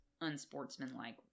unsportsmanlike